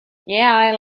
yeah